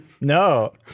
No